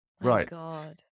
Right